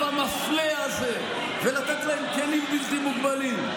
המפלה הזה ולתת להם כלים בלתי מוגבלים.